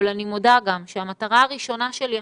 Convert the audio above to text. אבל אני מודה גם שהמטרה שלי עכשיו-עכשיו,